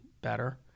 better